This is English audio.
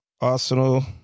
Arsenal